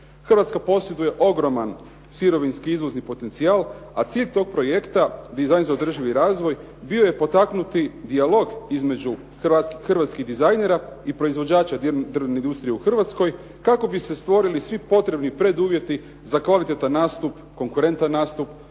Hrvatska posjeduje ogroman sirovinski izvozni potencijal a cilj tog projekta dizajn za održivi razvoj bio je potaknuti dijalog između hrvatskih dizajnera i proizvođača drvne industrije u Hrvatskoj kako bi se stvorili svi potrebni preduvjeti za kvalitetan nastup, konkurentan nastup